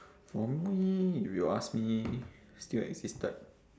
for me if you ask me still existed